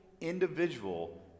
individual